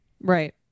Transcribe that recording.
Right